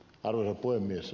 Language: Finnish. arvoisa puhemies